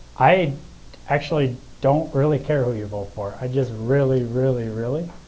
i actually don't really care who you vote for. i just really, really, really,